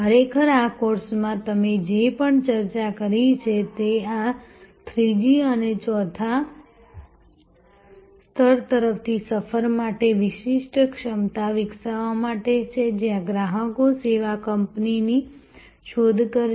ખરેખર આ કોર્સમાં અમે જે પણ ચર્ચા કરી છે તે આ 3જી અને 4થા સ્તર તરફની સફર માટે વિશિષ્ટ ક્ષમતા વિકસાવવા માટે છે જ્યાં ગ્રાહકો સેવા કંપનીની શોધ કરશે